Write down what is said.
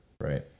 Right